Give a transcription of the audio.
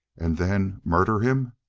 and then murder him?